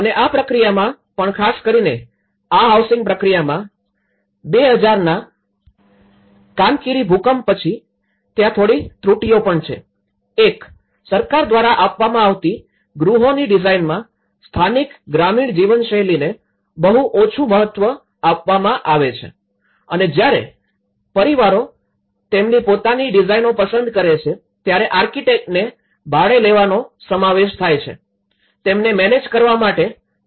અને આ પ્રક્રિયામાં પણ ખાસ કરીને આ હાઉસિંગ પ્રક્રિયામા ૨૦૦૦ના કાન્કિરી ભૂકંપ પછી ત્યાં થોડી ત્રુટીઓ પણ છે એક સરકાર દ્વારા આપવામાં આવતી ગૃહોની ડિઝાઇનમાં સ્થાનિક ગ્રામીણ જીવનશૈલીને બહુ ઓછું મહત્વ આપવામાં છે અને જ્યારે પરિવારો તેમની પોતાની ડિઝાઈનનો પસંદ કરી શકે છે ત્યારે આર્કિટેક્ટને ભાડે લેવાનો સમાવેશ થાય છે તેમને મેનેજ કરવા માટે ચૂકવણી માલિકે કરવી પડશે